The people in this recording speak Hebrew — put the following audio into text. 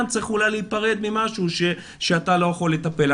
צריך אולי להיפרד ממשהו שאתה לא יכול לטפל בו.